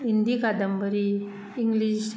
हिंदी कादंबरी इंग्लीश